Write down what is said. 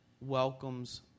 welcomes